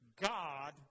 God